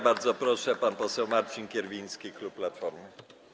Bardzo proszę, pan poseł Marcin Kierwiński, klub Platformy.